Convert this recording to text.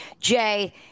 Jay